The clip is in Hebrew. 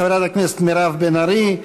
חברת הכנסת מירב בן ארי,